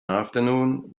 afternoon